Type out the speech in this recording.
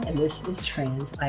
and this is trans